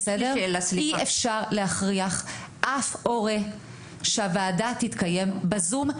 אי-אפשר להכריח אף הורה שהוועדה תתקיים רק בזום.